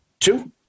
Two